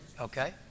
Okay